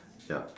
ya